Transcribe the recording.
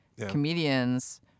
comedians